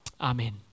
Amen